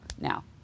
now